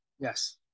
Yes